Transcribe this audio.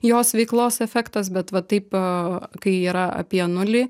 jos veiklos efektas bet va taip a kai yra apie nulį